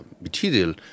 material